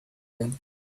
you